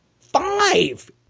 Five